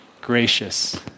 gracious